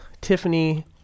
Tiffany